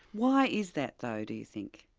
why is that though, do you think?